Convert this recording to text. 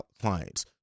clients